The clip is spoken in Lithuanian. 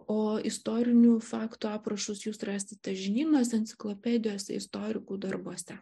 o istorinių faktų aprašus jus rasite žinynuose enciklopedijose istorikų darbuose